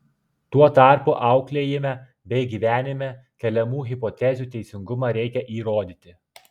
tuo tarpu auklėjime bei gyvenime keliamų hipotezių teisingumą reikia įrodyti